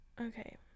Okay